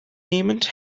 nehmend